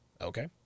Okay